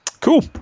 Cool